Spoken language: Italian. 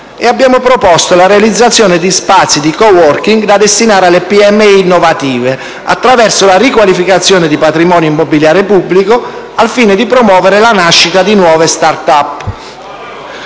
primo anno e la realizzazione di spazi di *coworking* da destinare alle PMI innovative attraverso la riqualificazione di patrimonio immobiliare pubblico al fine di promuovere la nascita di nuove *start-up*